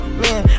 man